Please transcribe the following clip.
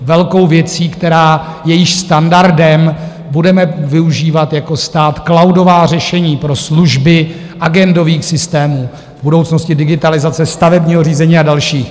Velkou věcí, která je již standardem: budeme využívat jako stát cloudová řešení pro služby agendových systémů, v budoucnosti digitalizace stavebního řízení a další.